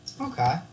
Okay